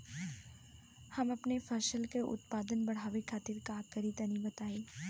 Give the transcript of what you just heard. हम अपने फसल के उत्पादन बड़ावे खातिर का करी टनी बताई?